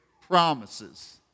promises